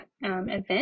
event